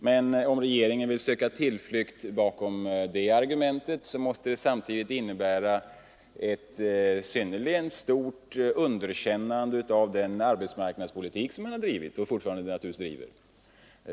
Men om regeringen vill söka tillflykt bakom det argumentet innebär det samtidigt ett mycket stort underkännande av den arbetsmarknadspolitik man bedriver.